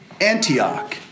Antioch